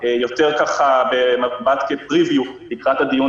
ובעיקר גם להראות הרבה מאוד תובנות ולקחים שנובעים מהניסיון